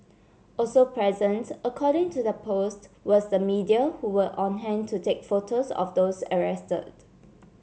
also present according to the post was the media who were on hand to take photos of those arrested